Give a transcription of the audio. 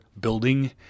building